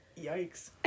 yikes